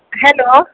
hello